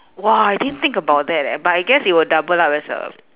!wah! I didn't think about that eh but I guess it will double up as a